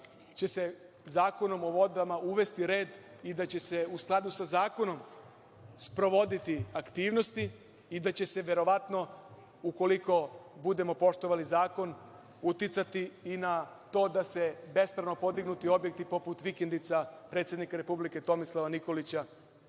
će se Zakonom o vodama uvesti red i da će se u skladu sa Zakonom sprovoditi aktivnosti i da će se verovatno, ukoliko budemo poštovali Zakon, uticati i na to da se bespravno podignuti objekti, poput vikendica predsednika republike Tomislava Nikolića,